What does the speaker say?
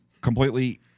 completely